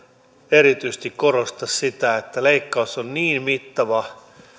erityisesti korosta sitä että leikkaus on niin mittava